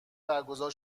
برگزار